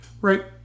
Right